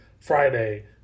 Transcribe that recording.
Friday